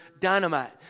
dynamite